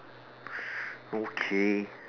okay